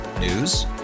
News